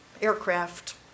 aircraft